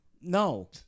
No